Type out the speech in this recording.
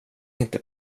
inte